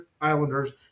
Islanders